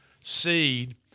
seed